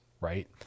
right